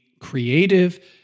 creative